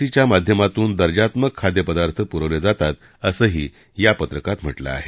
सीच्या माध्यमातून दर्जात्मक खाद्य पदार्थ पुरवले जातात असंही या पत्रकात म्हटलं आहे